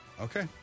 Okay